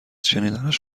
شنیدنش